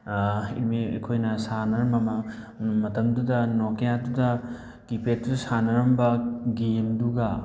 ꯑꯩꯈꯣꯏꯅ ꯁꯥꯟꯅꯔꯝꯕ ꯑꯃ ꯃꯇꯝꯗꯨꯗ ꯅꯣꯀꯤꯌꯥꯗꯨꯗ ꯀꯤꯄꯦꯗꯇꯨꯗ ꯁꯥꯟꯅꯔꯝꯕ ꯒꯦꯝꯗꯨꯒ